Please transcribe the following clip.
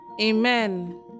Amen